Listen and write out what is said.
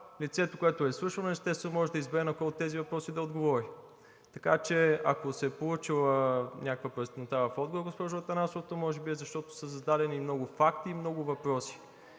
лицето, което изслушваме, естествено, може да избере на кой от тези въпроси да отговори, така че ако се е получила някаква празнота в отговора, госпожо Атанасова, то може би е, защото са зададени много факти и много въпроси.